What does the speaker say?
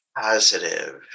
positive